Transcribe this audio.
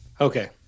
Okay